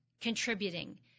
contributing